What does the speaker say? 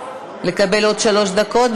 לקבל עוד שלוש דקות?